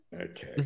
Okay